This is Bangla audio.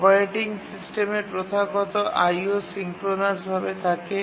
অপারেটিং সিস্টেমের প্রথাগত IO সিঙ্ক্রোনাস ভাবে থাকে